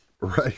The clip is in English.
right